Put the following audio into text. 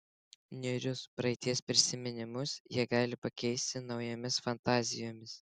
niūrius praeities prisiminimus jie gali pakeisti naujomis fantazijomis